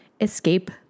escape